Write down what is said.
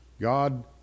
God